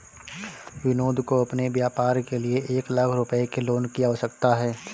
विनोद को अपने व्यापार के लिए एक लाख रूपए के लोन की आवश्यकता है